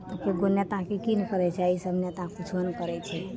कोइ कोइ नेता की की नहि करय छै ई सभ नेता कुछो नहि करय छै